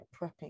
prepping